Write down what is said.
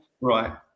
Right